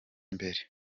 imbere